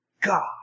God